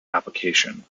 application